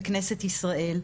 בכנסת ישראל,